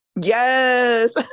Yes